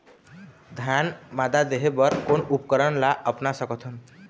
धान मादा देहे बर कोन उपकरण ला अपना सकथन?